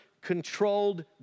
controlled